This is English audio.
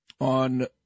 on